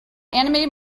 animated